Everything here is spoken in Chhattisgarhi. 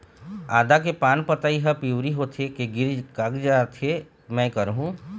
आदा के पान पतई हर पिवरी होथे के गिर कागजात हे, कै करहूं?